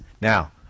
Now